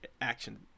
action